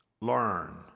Learn